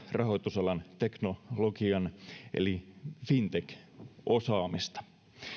rahoitusalan teknologian eli fintechin osaamista